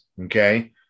okay